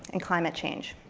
and climate change.